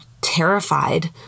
terrified